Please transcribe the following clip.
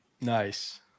nice